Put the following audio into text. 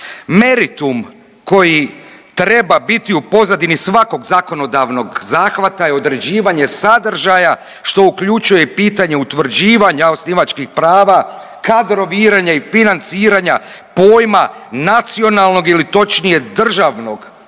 Meritum koji treba biti u pozadini svakog zakonodavnog zahvata je određivanje sadržaja što uključuje i pitanje utvrđivanja osnivačkih prava, kadroviranja i financiranja pojma nacionalnog ili točnije državnog